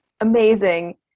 amazing